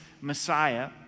Messiah